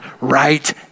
right